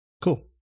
Cool